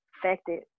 affected